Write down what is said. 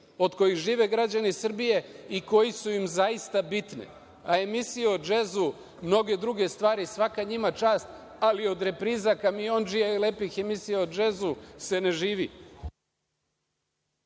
od kojih žive građani Srbije i koje su im zaista bitne. Emisije o džezu i mnoge druge stvari, svaka njima čast, ali od repriza „Kamiondžija“ i lepih emisija o džezu se ne živi.